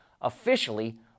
Officially